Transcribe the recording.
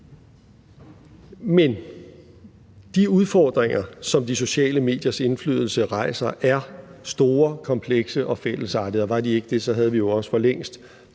Men de udfordringer, som de sociale mediers indflydelse rejser, er store, komplekse og forskelligartede, og var de ikke det, havde vi også for længst